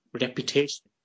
reputation